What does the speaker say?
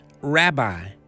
Rabbi